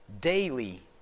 daily